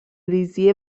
ریزی